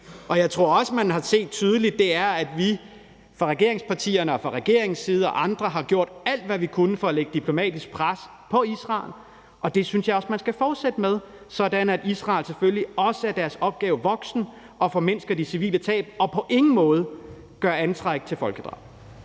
fra regeringspartiernes side, fra regeringens side og fra andres side har gjort alt, hvad vi kunne, for at lægge diplomatisk pres på Israel, og det synes jeg også man skal fortsætte med, sådan at Israel selvfølgelig også er sig deres opgave voksen og formindsker de civile tab og på ingen måde gør anstalter til folkedrab.